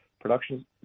production